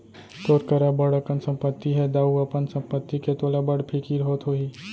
तोर करा बड़ अकन संपत्ति हे दाऊ, अपन संपत्ति के तोला बड़ फिकिर होत होही